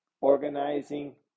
organizing